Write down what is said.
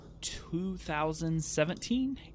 2017